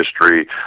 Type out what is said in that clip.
history